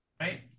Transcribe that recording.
Right